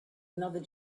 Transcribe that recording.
another